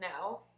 no